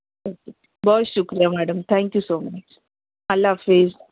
okay بہت شکریہ madam thank you so much اللہ حافظ